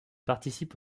participe